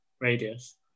radius